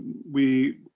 we,